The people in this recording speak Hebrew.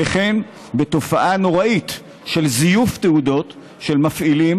וכן בתופעה נוראית של זיוף תעודות של מפעילים,